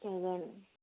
ছজন